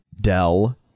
Dell